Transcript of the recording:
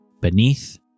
beneath